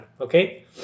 okay